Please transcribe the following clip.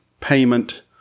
payment